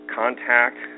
contact